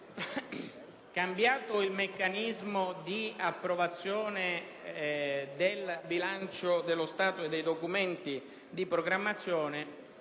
cambiati i meccanismi di approvazione del bilancio dello Stato e dei documenti di programmazione,